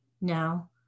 Now